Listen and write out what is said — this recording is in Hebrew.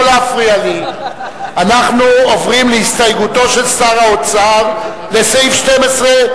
אנחנו עוברים להסתייגותו של שר האוצר לסעיף 12,